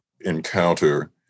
encounter